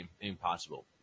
impossible